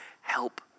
help